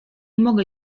mogę